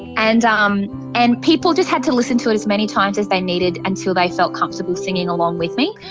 and um and people just had to listen to it as many times as they needed until they felt comfortable singing along with me.